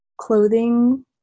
clothing